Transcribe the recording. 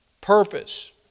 purpose